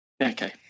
Okay